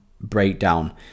breakdown